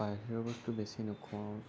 বাহিৰৰ বস্তু বেছি নোখোৱাওঁ